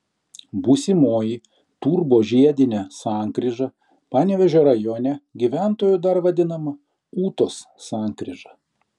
būsimoji turbožiedinė sankryža panevėžio rajone gyventojų dar vadinama ūtos sankryža